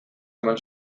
eman